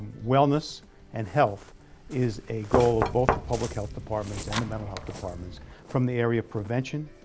wellness and health is a goal of both the public health departments and the mental health departments from the area of prevention,